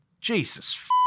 jesus